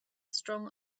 strong